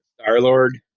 Star-Lord